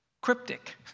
cryptic